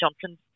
Johnson